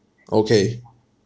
okay